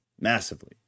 massively